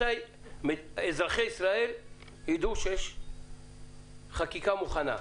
מתי אזרחי ישראל ידעו שיש חקיקה מוכנה?